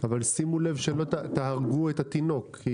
שימו לב שלא תהרגו את התינוק.